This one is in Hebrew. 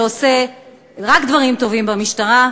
שעושה רק דברים טובים במשטרה,